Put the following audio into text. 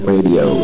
Radio